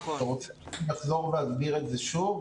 אתם רוצים שאחזור ואסביר את זה שוב?